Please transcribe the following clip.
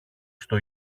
στο